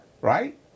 right